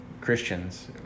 Christians